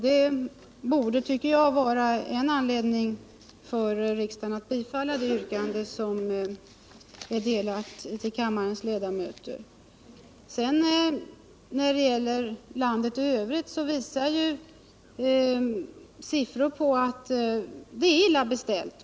Det borde, tycker jag, vara en anledning för riksdagen att bifalla det yrkande som är utdelat till kammarens ledamöter. När det gäller landet i övrigt visar ju siffror på att det är illa beställt.